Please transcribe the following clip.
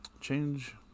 Change